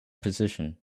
position